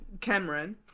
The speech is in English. Cameron